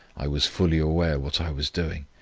i was fully aware what i was doing,